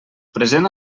present